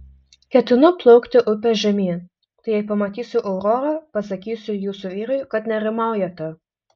ketinu plaukti upe žemyn tai jei pamatysiu aurorą pasakysiu jūsų vyrui kad nerimaujate